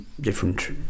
different